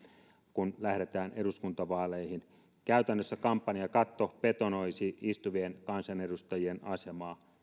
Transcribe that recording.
kun lähdetään eduskuntavaaleihin käytännössä kampanjakatto betonoisi istuvien kansanedustajien asemaa